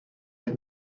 had